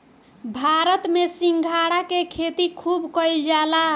भारत में सिंघाड़ा के खेती खूब कईल जाला